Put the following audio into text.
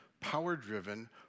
power-driven